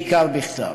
בעיקר בכתב.